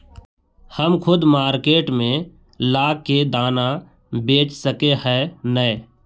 हम खुद मार्केट में ला के दाना बेच सके है नय?